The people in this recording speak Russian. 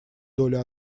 долю